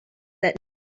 that